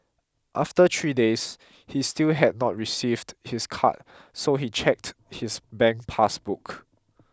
after three days he still had not received his card so he checked his bank pass book